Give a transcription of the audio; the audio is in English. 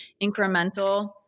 incremental